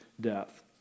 death